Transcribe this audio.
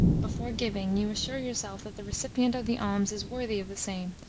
before giving, you assure yourself that the recipient of the alms is worthy of the same,